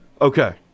okay